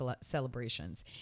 celebrations